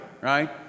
right